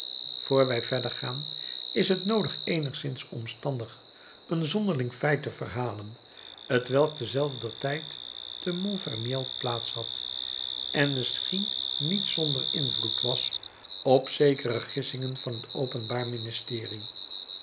voor wij verder gaan is t noodig eenigszins omstandig een zonderling feit te verhalen t welk te zelfder tijd te montfermeil plaats had en misschien niet zonder invloed was op zekere gissingen van het openbaar ministerie